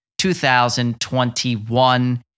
2021